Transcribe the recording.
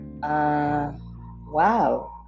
Wow